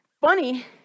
funny